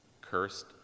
cursed